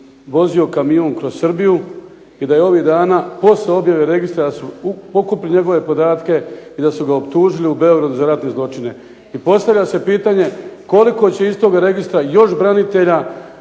vozio kamion kroz Srbiju i da je ovih dana poslije objave registra da su pokupili njegove podatke i da su ga optužili u Beogradu za ratne zločine. I postavlja se pitanje koliko će iz tog registra još branitelja